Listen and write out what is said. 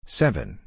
seven